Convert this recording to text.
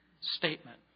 statement